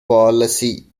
policy